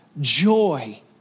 joy